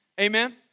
Amen